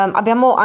abbiamo